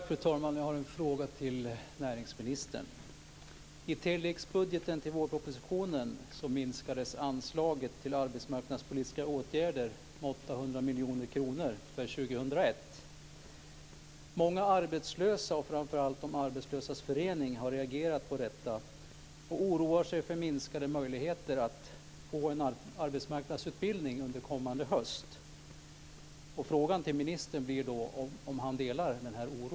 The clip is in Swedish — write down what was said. Fru talman! Jag har en fråga till näringsministern. I tilläggsbudgeten i anslutning till vårpropositionen minskade anslaget till arbetsmarknadspolitiska åtgärder med 800 miljoner kronor för 2001. Många arbetslösa och framför allt de arbetslösas förening har reagerat på detta. Man oroar sig för minskade möjligheter att få genomgå en arbetsmarknadsutbildning under kommande höst. Frågan till ministern blir då om han delar denna oro.